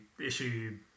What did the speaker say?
issue